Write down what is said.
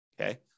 Okay